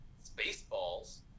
Spaceballs